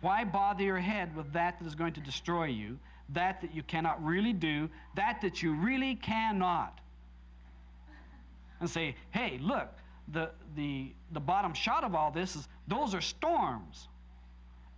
why bother your head with that there's going to destroy you that you cannot really do that that you really can not and say hey look the the bottom shot of all this is those are storms